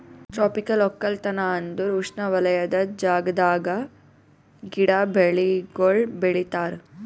tropical ಒಕ್ಕಲತನ ಅಂದುರ್ ಉಷ್ಣವಲಯದ ಜಾಗದಾಗ್ ಗಿಡ, ಬೆಳಿಗೊಳ್ ಬೆಳಿತಾರ್